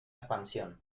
expansión